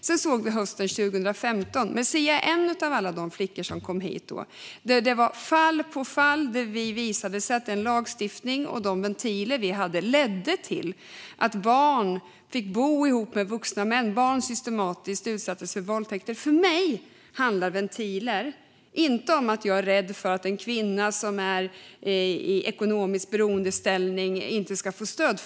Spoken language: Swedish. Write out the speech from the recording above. Sedan kom hösten 2015. Marzieh var en av alla de flickor som kom hit då, och fall på fall visade att den lagstiftning och de ventiler som vi hade ledde till att barn fick bo ihop med vuxna och systematiskt utsattes för våldtäkter. För mig handlar ventiler inte om att jag är rädd för att en kvinna som är i ekonomisk beroendeställning inte ska få stöd.